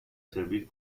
servir